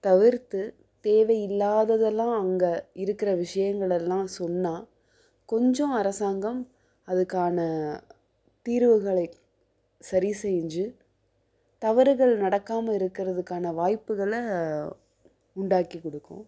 தவிர்த்து தேவையில்லாததெல்லாம் அங்கே இருக்கிற விஷயங்கள் எல்லாம் சொன்னால் கொஞ்சம் அரசாங்கம் அதுக்கான தீர்வுகளை சரி செஞ்சு தவறுகள் நடக்காமல் இருக்கிறதுக்கான வாய்ப்புகளை உண்டாக்கி கொடுக்கும்